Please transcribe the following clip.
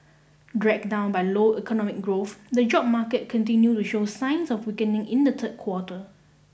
dragged down by low economic growth the job market continued to show signs of weakening in the third quarter